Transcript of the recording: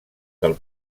del